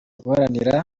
guharanira